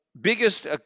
biggest